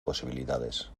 posibilidades